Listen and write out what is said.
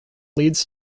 leads